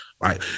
Right